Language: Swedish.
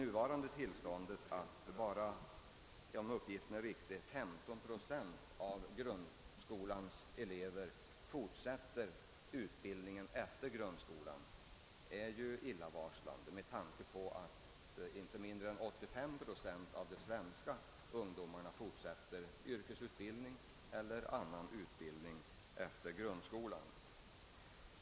Nuvarande tillstånd, som enligt uppgift innebär att bara 15 procent av invandrareleverna i grundskolan fortsätter utbildningen, är illavarslande med tanke på att inte mindre än 85 procent av de svenska ungdomarna forsätter med yrkesutbildning eller annan utbildning efter grundskolan.